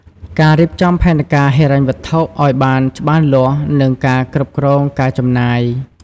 ការរៀបចំផែនការហិរញ្ញវត្ថុ ឲ្យបានច្បាស់លាស់ និងការគ្រប់គ្រងការចំណាយ។